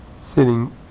sitting